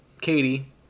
Katie